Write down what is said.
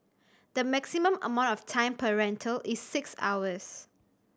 the maximum amount of time per rental is six hours